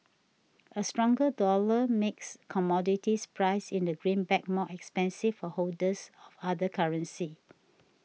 a stronger dollar makes commodities priced in the greenback more expensive for holders of other currency